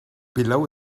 below